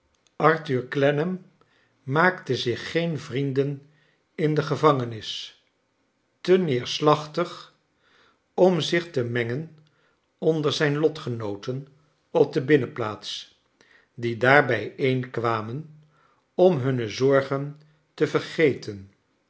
arthur clennam maakte zich oen vrienden in de gevangenis te neerslachtig om zich te mengen onder zijn lotgenooten op de binnenplaats die daar bijeenkwamen om hunne zorgen te vergeten